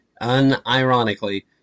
unironically